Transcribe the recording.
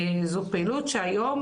זו פעילות שהיום,